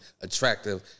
attractive